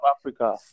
Africa